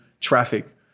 traffic